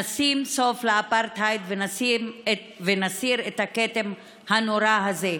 נשים סוף לאפרטהייד ונסיר את הכתם הנורא הזה.